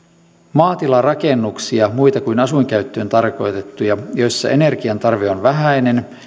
maatilarakennusta muuhun kuin asuinkäyttöön tarkoitettua jossa energiantarve on vähäinen